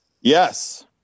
Yes